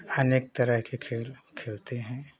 अनेक तरह के खेल खेलते हैं